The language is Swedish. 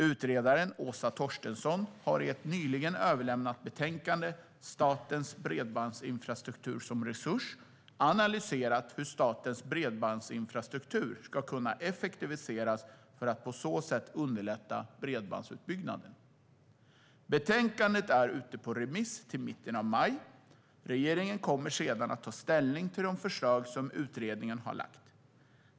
Utredaren Åsa Torstensson har i ett nyligen överlämnat betänkande, Statens bredbandsinfrastruktur som resurs , analyserat hur statens bredbandsinfrastruktur ska kunna effektiviseras för att på så sätt underlätta bredbandsutbyggnaden. Betänkandet är ute på remiss till mitten av maj. Regeringen kommer sedan att ta ställning till de förslag som utredningen har lagt.